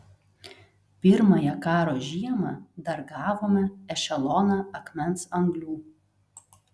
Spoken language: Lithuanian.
pirmąją karo žiemą dar gavome ešeloną akmens anglių